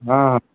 ହଁ